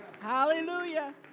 Hallelujah